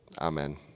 Amen